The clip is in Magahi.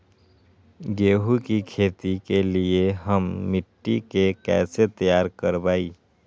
गेंहू की खेती के लिए हम मिट्टी के कैसे तैयार करवाई?